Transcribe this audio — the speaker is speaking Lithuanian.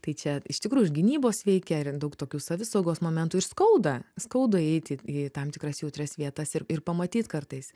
tai čia iš tikrųjų ir gynybos veikia ir daug tokių savisaugos momentų ir skauda skauda įeiti į į tam tikras jautrias vietas ir ir pamatyt kartais